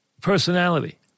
personality